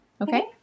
Okay